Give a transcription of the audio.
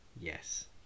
Yes